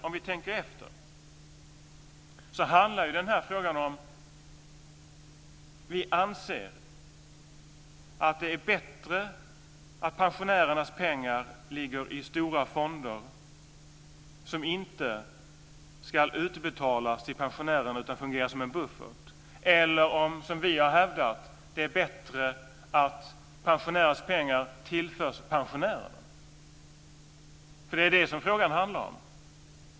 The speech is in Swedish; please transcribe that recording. Om vi tänker efter handlar den här frågan i grunden om ifall vi anser att det är bättre att pensionärernas pengar ligger i stora fonder som inte ska utbetalas till pensionärerna utan fungera som en buffert eller om, som vi har hävdat, det är bättre att pensionärernas pengar tillförs pensionärerna. Det är vad frågan handlar om.